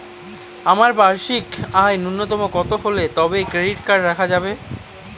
আমার বার্ষিক আয় ন্যুনতম কত হলে তবেই ক্রেডিট কার্ড রাখা যাবে?